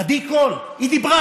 עדי קול, היא דיברה